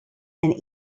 and